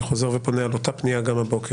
חוזר ופונה על אותה פנייה גם הבוקר.